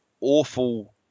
awful